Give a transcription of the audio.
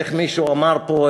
איך מישהו אמר פה?